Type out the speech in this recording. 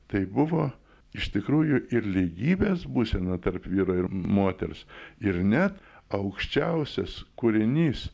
tai buvo iš tikrųjų ir lygybės būsena tarp vyro ir moters ir ne aukščiausias kūrinys